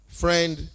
friend